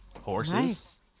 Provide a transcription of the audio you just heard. Horses